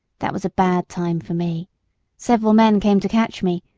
that was a bad time for me several men came to catch me,